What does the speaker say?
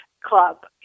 club